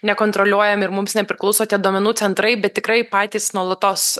nekontroliuojam ir mums nepriklauso tie duomenų centrai bet tikrai patys nuolatos